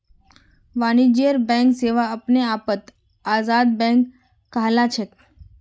वाणिज्यिक बैंक सेवा अपने आपत आजाद बैंक कहलाछेक